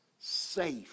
safe